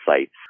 sites